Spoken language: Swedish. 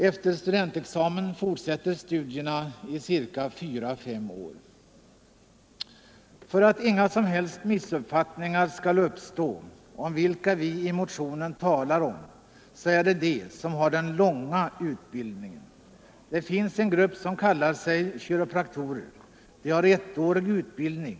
Efter studentexamen fortsätter studierna i fyra-fem år. För att inga som helst missuppfattningar skall uppstå rörande vilka människor vi talar om i motionen vill jag säga att det är de som har den långa utbildningen. Det finns en annan grupp som också kallar sig kiropraktorer men som har endast ettårig utbildning.